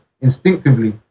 instinctively